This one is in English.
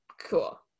Cool